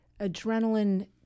adrenaline